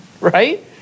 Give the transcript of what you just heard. right